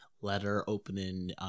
letter-opening